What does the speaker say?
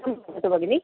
त्वं वदतु भगिनि